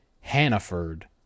Hannaford